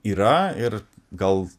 yra ir gal